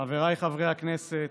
חבריי חברי הכנסת,